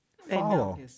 Follow